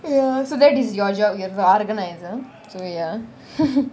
ya so that is your job you're the organiser so ya